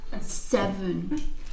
Seven